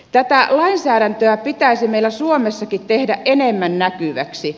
tätä lainsäädäntöä pitäisi meillä suomessakin tehdä enemmän näkyväksi